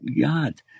God